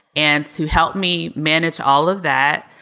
and to help me manage all of that,